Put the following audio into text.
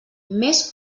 més